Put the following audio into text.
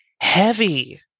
heavy